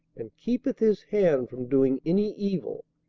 and keepeth his hand from doing any evil.